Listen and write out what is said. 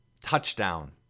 touchdown